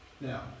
Now